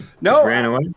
no